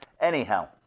Anyhow